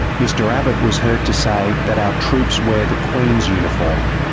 mr abbott was heard to say that our troops wear the queen's uniform,